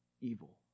evil